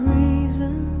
reason